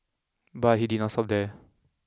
but he did not stop there